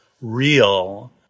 real